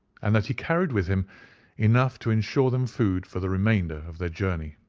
and that he carried with him enough to ensure them food for the remainder of their journey.